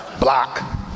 block